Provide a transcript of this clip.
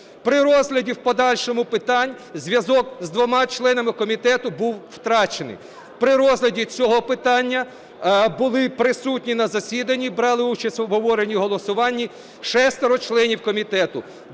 При розгляді в подальшому питань зв'язок з двома членами комітету був втрачений. При розгляді цього питання були присутні на засіданні, брали участь в обговоренні і голосуванні 6 членів комітету,